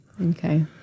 Okay